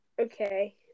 okay